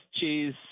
cheese